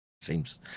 seems